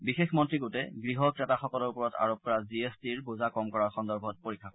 বিশেষ মন্ত্ৰীগোটে গৃহ ক্ৰেতাসকলৰ ওপৰত আৰোপ কৰা জি এছ টিৰ বোজা কম কৰাৰ সন্দৰ্ভত পৰীক্ষা কৰিব